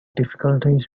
difficulties